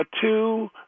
Two